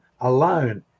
alone